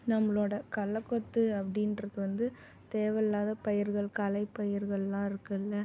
நம்மளோட களக்கொத்து அப்படின்றது வந்து தேவையில்லாத பயிர்கள் களைப்பயிர்கள்லாம் இருக்குதுல்ல